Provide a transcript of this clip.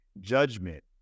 judgment